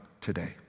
today